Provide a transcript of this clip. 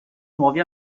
nuovi